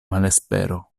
malespero